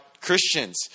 Christians